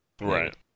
Right